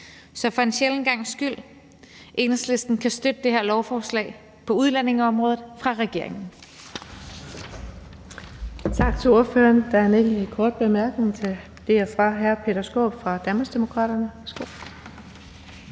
Så for en sjælden gangs skyld: Enhedslisten kan støtte det her lovforslag på udlændingeområdet fra regeringen.